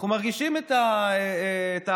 אנחנו מרגישים את הערבים,